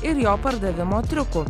ir jo pardavimo triukų